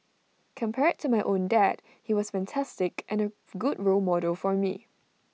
compared to my own dad he was fantastic and A good role model for me